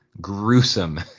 gruesome